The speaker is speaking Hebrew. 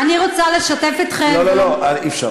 אני רוצה לשתף אתכן, לא לא לא, אי-אפשר.